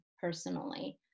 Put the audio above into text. personally